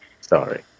Sorry